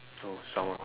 oh someone